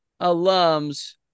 alums